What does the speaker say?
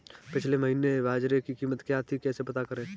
पिछले महीने बाजरे की कीमत क्या थी कैसे पता करें?